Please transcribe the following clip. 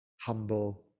humble